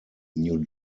new